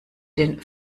den